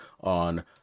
on